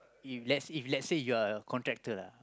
if let's if let's say you are a contractor lah